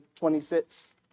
26